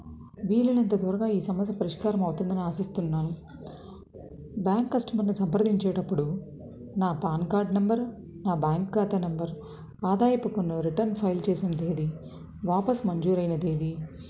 వీలైనంత త్వరగా ఈ సమస్య పరిష్కారం అవుతుందని ఆశిస్తున్నాను బ్యాంక్ కస్టమర్ని సంప్రదించేటప్పుడు నా పాన్ కార్డ్ నెంబరు నా బ్యాంక్ ఖాతా నెంబర్ ఆదాయపు పన్ను రిటర్న్ ఫైల్ చేసిన తేదీ వాపస్ మంజూరైన తేదీ